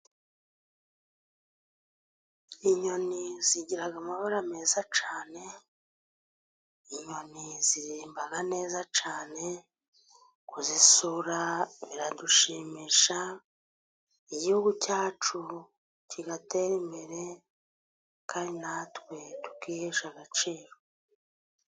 Inyoni zigira amabara meza cyane , inyoni ziririmba neza cyane , kuzisura biradushimisha, igihugu cyacu kigatera imbere , kandi natwe tukihesha agaciro.